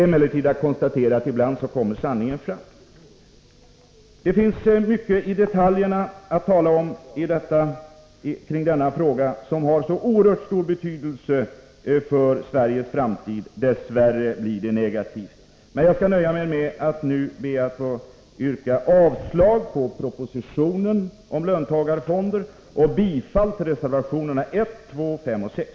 Det är att konstatera att sanningen ibland kommer fram. Det finns mycket detaljer att tala om i denna ödesfråga, som har så stor betydelse för Sveriges framtid — dess värre negativt. Jag skall nu nöja mig med att yrka avslag på propositionen om löntagarfonder och bifall till reservationerna 1, 2, 5 och 6.